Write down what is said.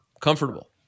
comfortable